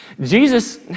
Jesus